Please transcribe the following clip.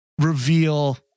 reveal